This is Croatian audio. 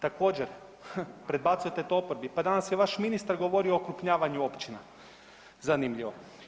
Također predbacujte to oporbi, pa danas je vaš ministar govorio o okrupnjavanju općina, zanimljivo.